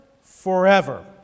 forever